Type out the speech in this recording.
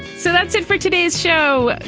so that's it for today's show.